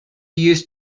used